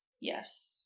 Yes